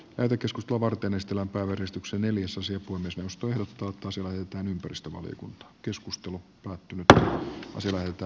päiväkeskusta varten estellä porrastuksen neljäsosaa kunnes mustui johto tunsi vähintään ympäristövaliokunta keskustelu voi mitata sillä että